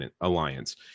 Alliance